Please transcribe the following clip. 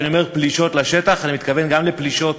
כשאני אומר "פלישות לשטח" אני מתכוון גם לפלישות